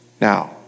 Now